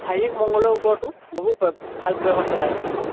শাৰীৰিক মংগলৰ ওপৰতো বহু ভাল প্ৰভাৱ পেলাইছে মোৰ